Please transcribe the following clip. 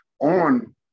on